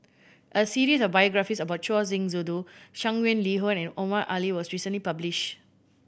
a series of biographies about Choor Singh Sidhu Shangguan Liuyun and Omar Ali was recently published